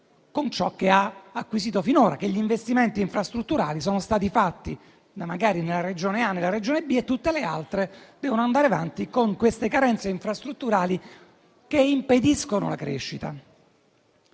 con ciò che ha acquisito finora, che gli investimenti infrastrutturali sono stati fatti magari nella Regione A e nella Regione B e tutte le altre devono andare avanti con le carenze infrastrutturali che ne impediscono la crescita.